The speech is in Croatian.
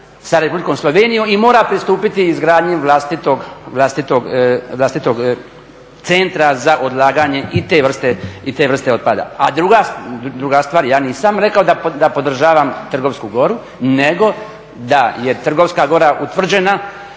sa Republikom Slovenijom i mora pristupiti izgradnji vlastitog centra za odlaganje i te vrste otpada. A druga stvar, ja nisam rekao da podržavam Trgovsku goru nego da je Trgovska gora utvrđena